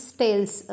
tells